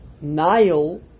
Nile